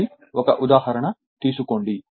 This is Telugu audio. కాబట్టి ఒక ఉదాహరణ తీసుకోండి